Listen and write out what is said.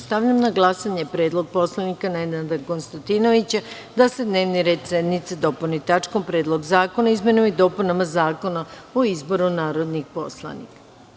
Stavljam na glasanje predlog narodnog poslanika Nenada Konstantinovića da se dnevni red sednice dopuni tačkom - Predlog zakona o izmenama i dopunama Zakona o izboru narodnih poslanika.